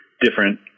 different